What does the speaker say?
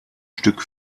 stück